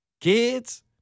kids